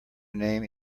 name